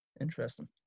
Interesting